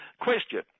Question